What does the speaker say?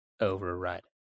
Override